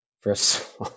First